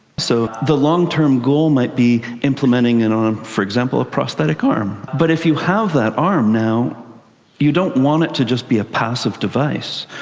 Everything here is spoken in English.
so the long-term goal might be implementing it and on, for example, a prosthetic arm. but if you have that arm now you don't want it to just be a passive device.